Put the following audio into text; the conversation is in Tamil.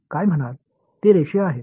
அவை லீனியர்